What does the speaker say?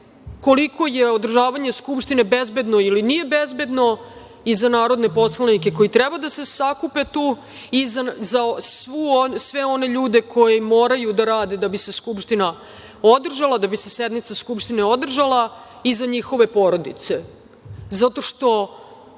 koliko je održavanje Skupštine bezbedno ili nije bezbedno i za narodne poslanike koji treba da se sakupe tu i za sve one ljudi koji moraju da rade da bi se Skupština održala, da bi se sednica Skupštine održala i za njihove porodice, zato što